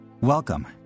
Welcome